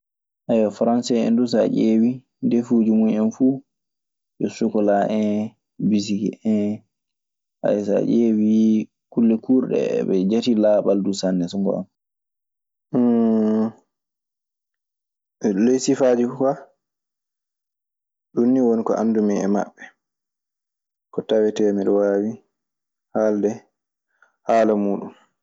Faranse en duu so a ƴeewii, ndefuuji mun en fuu yo sokkolaa en, bisiki en. So a ƴeewii kulle kuurɗe eɓe njatii laaɓal duu sanne, so ngoonga. e ley sifaaji ka, ɗun woni ko anndumi e maɓɓe, ko tawetee miɗe wawi halde haala muuɗun.